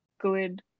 good